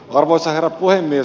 arvoisa herra puhemies